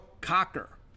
Cocker